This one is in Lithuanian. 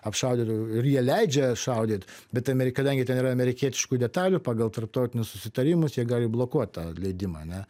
apšaudytų ir jie leidžia šaudyt bet ameri kadangi ten yra amerikietiškų detalių pagal tarptautinius susitarimus jie gali blokuot tą leidimą ane